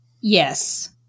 Yes